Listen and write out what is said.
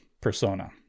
Persona